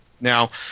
Now